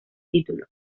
título